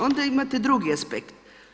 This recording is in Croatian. Onda imate drugi aspekt.